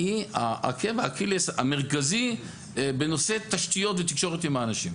היא עקב אכילס המרכזי בנושא תשתיות ותקשורת עם האנשים.